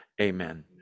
Amen